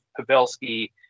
pavelski